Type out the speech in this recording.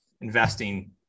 investing